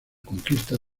conquista